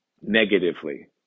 negatively